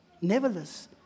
nevertheless